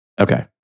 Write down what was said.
Okay